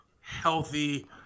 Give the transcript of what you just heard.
healthy